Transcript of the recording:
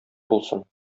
булсын